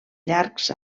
llargs